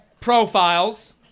profiles